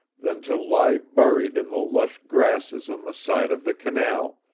than to lie buried in the lush grasses on the side of the canal,